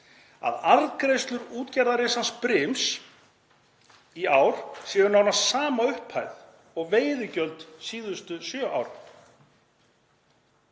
að arðgreiðslur útgerðarrisans Brims í ár séu nánast sama upphæð og veiðigjöld síðustu sjö ár.